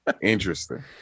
Interesting